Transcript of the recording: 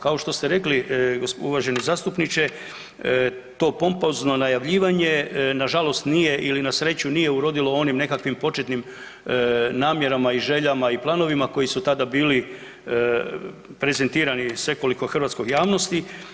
Kao što ste rekli uvaženi zastupniče to pompozno najavljivanje nažalost nije ili na sreću nije urodilo onim nekakvim početnim namjerama i željama i planovima koji su tada bili prezentirani svekolikoj hrvatskoj javnosti.